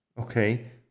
Okay